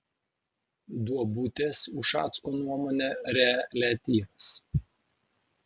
duobutės ušacko nuomone reliatyvios